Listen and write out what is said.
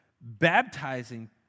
baptizing